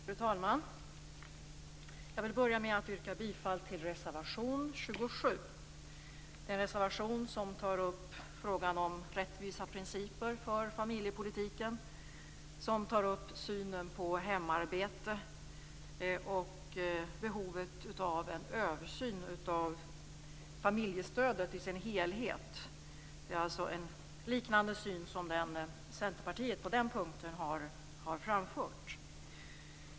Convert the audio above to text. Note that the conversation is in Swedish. Fru talman! Jag vill börja med att yrka bifall till reservation 27. I den reservationen tar vi upp frågan om rättvisa principer för familjepolitiken, synen på hemarbete och behovet av en översyn av familjestödet i dess helhet. Det är alltså en liknande syn som Centerpartiet har framfört på den punkten.